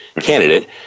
candidate